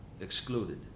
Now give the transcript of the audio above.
excluded